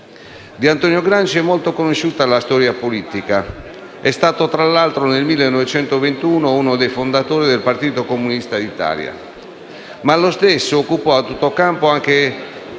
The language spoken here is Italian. Di Antonio Gramsci è molto conosciuta la storia politica: è stato tra l'altro, nel 1921, uno dei fondatori del Partito Comunista d'Italia. Ma lo stesso si occupò a tutto campo anche